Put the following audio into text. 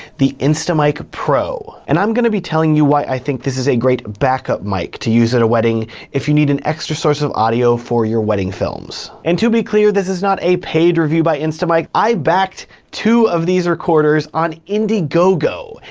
the instamic pro. and i'm gonna be telling you why i think this is a great back-up mic to use at a wedding if you need an extra source of audio for your wedding films. and to be clear, this is not a paid review by instamic. i backed two of these recorders on indiegogo,